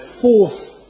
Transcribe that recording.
fourth